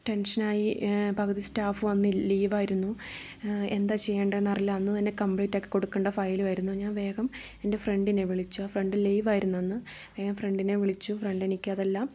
ടെൻഷനായി പകുതി സ്റ്റാഫ് അന്ന് ലീവായിരുന്നു എന്താ ചെയ്യണ്ടെന്ന് അറിയില്ല അന്ന് തന്നെ കംപ്ലീറ്റ് ആക്കി കൊടുക്കണ്ട ഫയലും ആയിരുന്നു ഞാൻ വേഗം എൻ്റെ ഫ്രണ്ടിനെ വിളിച്ചു ആ ഫ്രണ്ട് ലീവായിരുന്നു അന്ന് ഞാൻ ഫ്രണ്ടിനെ വിളിച്ചു ഫ്രണ്ട് എനിക്കതെല്ലാം